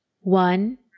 One